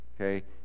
Okay